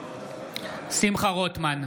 שמחה רוטמן,